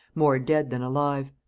more dead than alive.